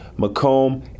Macomb